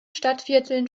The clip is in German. stadtvierteln